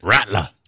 Rattler